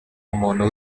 umuntu